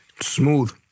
smooth